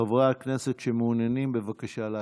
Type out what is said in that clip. חברי כנסת שמעוניינים, בבקשה להצביע.